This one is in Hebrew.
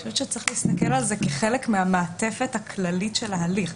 אני חושבת שצריך להסתכל על זה כחלק מהמעטפת הכללית של ההליך.